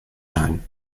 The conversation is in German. sein